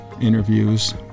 interviews